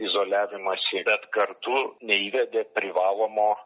izoliavimąsi bet kartu neįvedė privalomo